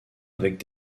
avec